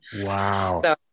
Wow